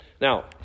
Now